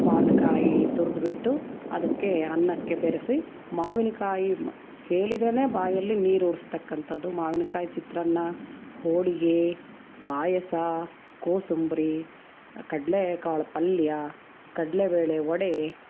ಮಾವಿನಕಾಯಿ ತುರಿದ್ಬಿಟ್ಟು ಅದಕ್ಕೆ ಅನ್ನಕ್ಕೆ ಬೆರೆಸಿ ಮಾವಿನಕಾಯಿ ಹೇಳಿದ್ರೇ ಬಾಯಲ್ಲಿ ನೀರೂರಿಸ್ತಕ್ಕಂಥದ್ದು ಮಾವಿನ್ಕಾಯಿ ಚಿತ್ರಾನ್ನ ಹೋಳಿಗೆ ಪಾಯಸ ಕೋಸಂಬ್ರಿ ಕಡ್ಲೆಕಾಳು ಪಲ್ಯ ಕಡಲೆಬೇಳೆ ವಡೆ